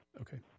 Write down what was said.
Okay